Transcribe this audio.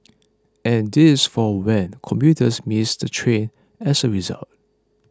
and this for when commuters miss the train as a result